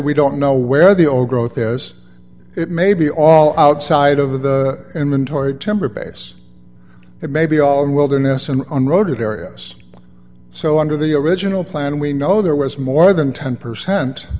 we don't know where the old growth is it may be all outside of the entire temper base and maybe all in wilderness and on road areas so under the original plan we know there was more than ten percent